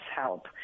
help